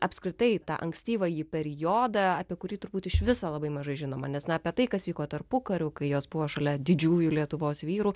apskritai tą ankstyvąjį periodą apie kurį turbūt iš viso labai mažai žinoma nes na apie tai kas vyko tarpukariu kai jos buvo šalia didžiųjų lietuvos vyrų